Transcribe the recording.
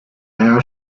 now